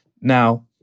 Now